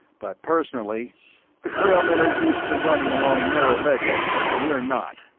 but personally the trailmen are used to running along narrow ledges, and we're not.